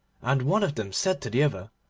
and one of them said to the other,